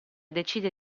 decide